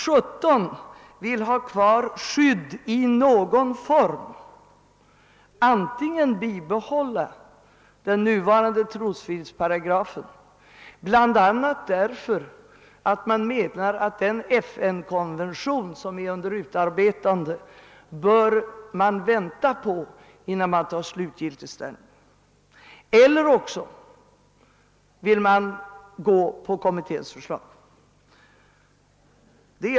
17 vill ha kvar skydd i någon form, antingen bibehållande av den nuvarande = trosfridsparagrafen, bl.a. därför att man menar att man bör vänta på den FN-konvention som är under utarbetande innan man slutgiltigt tar ställning, eller också enligt kommitténs förslag.